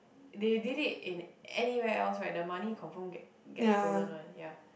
they did it in anywhere else right the money confirm get get stolen one ya